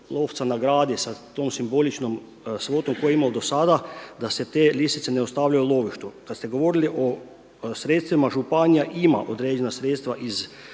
lovca nagradi sa tom simboličnom svotom koju je imao do sada, da se te lisice ne ostavljaju u lovištu. Kada ste govorili o sredstvima, županija ima određena sredstva iz